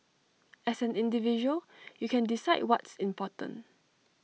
as an individual you can decide what's important